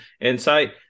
Insight